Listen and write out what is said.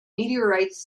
meteorites